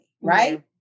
right